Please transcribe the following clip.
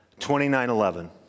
2911